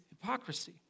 hypocrisy